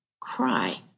cry